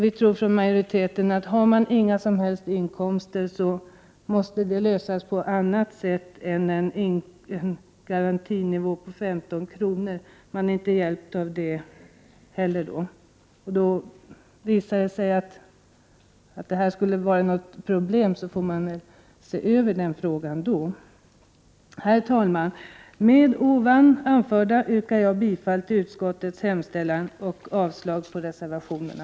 Vi från majoriteten tror att har man inga som helst inkomster, måste det problemet lösas på annat sätt än med en garantinivå på 15 kr. — man är inte hjälpt av det. Visar det sig att det här skulle vara något problem, får man se över den frågan då. Herr talman! Med det anförda yrkar jag bifall till utskottets hemställan och avslag på reservationerna.